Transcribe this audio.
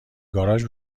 گاراژ